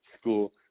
school